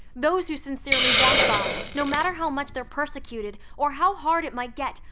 those who sincerely want god, no matter how much they're persecuted or how hard it might get,